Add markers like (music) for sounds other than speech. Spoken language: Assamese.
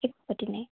(unintelligible) নাই